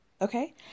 Okay